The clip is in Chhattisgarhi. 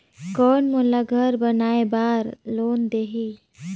कौन मोला घर बनाय बार लोन देही?